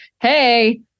Hey